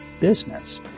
business